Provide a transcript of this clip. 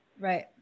right